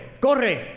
corre